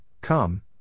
Come